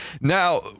now